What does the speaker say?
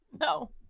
no